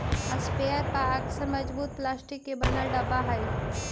sprayer पअक्सर मजबूत plastic के बनल डब्बा हई